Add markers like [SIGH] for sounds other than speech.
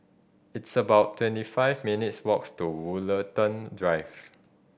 it's about twenty five minutes' walks to Woollerton Drive [NOISE]